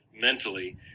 mentally